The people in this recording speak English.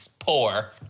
Poor